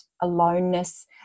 aloneness